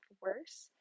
worse